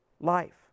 life